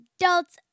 adults